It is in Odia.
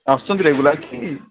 ଆସୁଛନ୍ତି ରେଗୁଲାର୍ କି